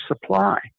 supply